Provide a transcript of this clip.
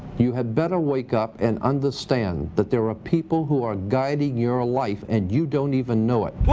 you had better wake up and understand that there are people who are guiding your ah life and you don't even know it.